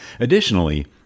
Additionally